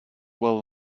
well